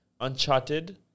uncharted